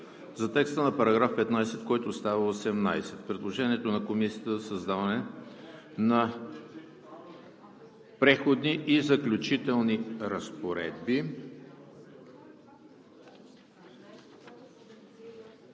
за текста на § 15, който става § 18; предложението на Комисията за създаване на Преходни и заключителни разпоредби;